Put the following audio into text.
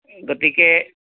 গতিকে